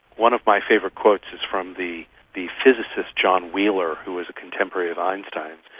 one of my favourite quotes is from the the physicist john wheeler who was a contemporary of einstein's,